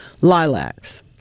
Lilacs